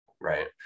Right